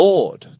Lord